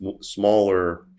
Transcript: smaller